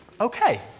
okay